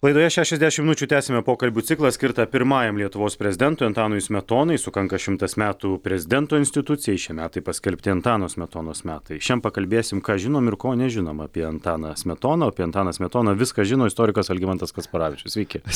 laidoje šešiasdešimt minučių tęsiame pokalbių ciklą skirtą pirmajam lietuvos prezidentui antanui smetonai sukanka šimtas metų prezidento institucijai šie metai paskelbti antano smetonos metai šian pakalbėsim ką žinome ir ko nežinome apie antaną smetoną o apie antaną smetoną viską žino istorikas algimantas kasparavičius sveiki